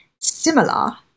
similar